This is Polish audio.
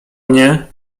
mnie